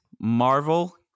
Marvel